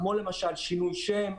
כמו למשל שינוי שם,